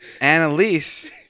Annalise